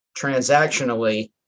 transactionally